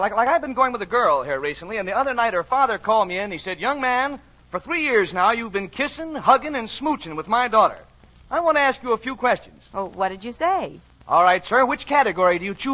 i've been going with a girl here recently and the other night her father called me and he said young man for three years now you've been kissing and hugging and smooching with my daughter i want to ask you a few questions what did you say all right sir which category do